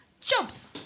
jobs